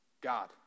God